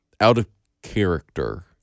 out-of-character